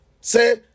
Say